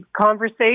conversation